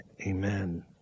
amen